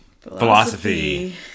philosophy